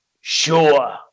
Sure